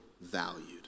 valued